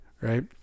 right